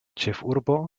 ĉefurbo